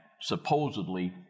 supposedly